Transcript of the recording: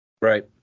Right